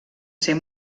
ser